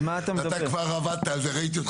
אתה כבר עבדת על זה, אני ראיתי.